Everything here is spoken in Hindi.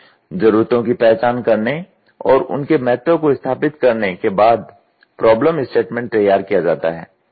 जरूरतों की पहचान करने और उनके महत्व को स्थापित करने के बाद प्रॉब्लम स्टेटमेंट तैयार किया जाता है